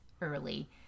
early